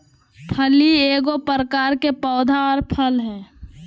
फली एगो प्रकार के पौधा आर फल हइ